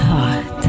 Heart